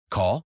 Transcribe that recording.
Call